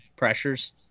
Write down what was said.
pressures